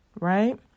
right